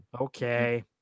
okay